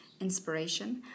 inspiration